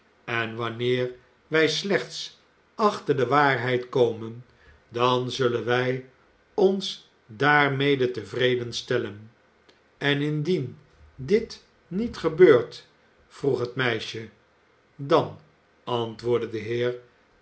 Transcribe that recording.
en wanneer wij slechts achter de waarheid komen dan zullen wij ons daarmede tevreden stellen en indien dit niet gebeurt vroeg het meisje dan antwoordde de heer